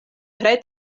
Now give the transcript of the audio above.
tre